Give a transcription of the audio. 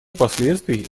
последствий